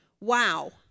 Wow